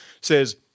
says